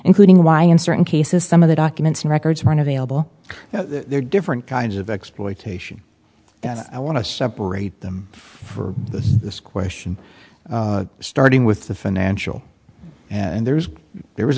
including why in certain cases some of the documents and records aren't available there are different kinds of exploitation i want to separate them for this question starting with the financial and there's there was